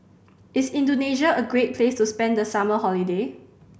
is Indonesia a great place to spend the summer holiday